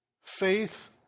faith